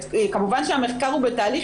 כמובן שהמחקר הוא בתהליך,